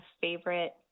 favorite